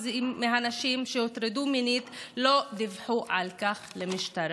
מהנשים שהוטרדו מינית לא דיווחו על כך למשטרה.